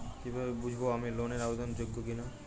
কীভাবে বুঝব আমি লোন এর আবেদন যোগ্য কিনা?